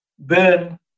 burn